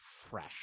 fresh